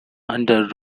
under